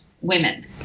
women